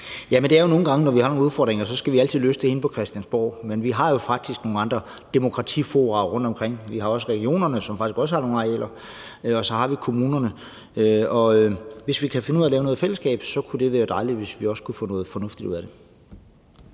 Det er jo nogle gange sådan, at når vi har nogle udfordringer, skal vi altid løse dem inde på Christiansborg, men vi har jo faktisk nogle andre demokratifora rundtomkring. Vi har også regionerne, som faktisk også har nogle arealer, og så har vi kommunerne. Hvis vi kunne finde ud af at lave noget i fællesskab og også få noget fornuftigt ud af det,